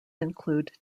include